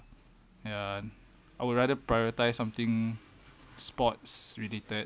ya I would rather prioritize something sports related